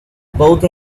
both